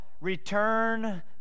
return